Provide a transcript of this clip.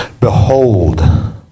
Behold